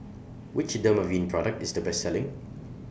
Which Dermaveen Product IS Best Selling